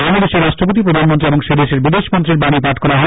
বাংলাদেশের রাষ্ট্রপতি প্রধানমন্ত্রী এবং বিদেশমন্ত্রীর বানী পাঠ করা হয়